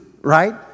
right